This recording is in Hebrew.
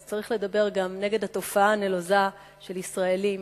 אז צריך לדבר גם נגד התופעה הנלוזה של ישראלים